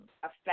affect